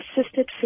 assisted